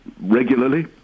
regularly